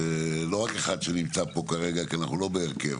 לא רק אחד שנמצא פה כרגע כי אנחנו לא בהרכב,